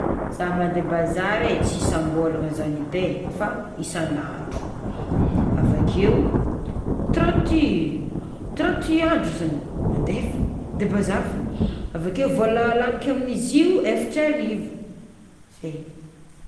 Zah mande bazary e tsy isam-bôlagna zany edy e, avakeo, trente trente andro zany mande fô mande bazary fô, avakeo vola laniko amin'izy io efatra arivo, zay.